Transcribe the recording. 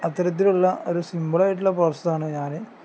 അത്തരത്തിലുള്ള ഒരു സിമ്പിളായിട്ടുള്ള പ്രോസസാണ് ഞാൻ